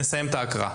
נסיים את ההקראה,